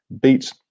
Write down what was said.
beat